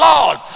Lord